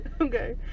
Okay